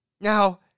Now